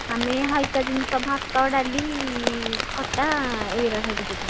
ଆମେ ହାଲୁକା ଜିନିଷ ଭାତ ଡାଲି ଖଟା ଏଗୁଡା ଖାଇକି ଯିବୁ